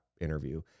interview